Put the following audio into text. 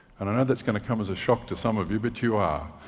and i know that's going to come as a shock to some of you, but you are.